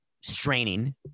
straining